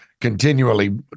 continually